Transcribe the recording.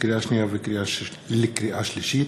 לקריאה שנייה ולקריאה שלישית: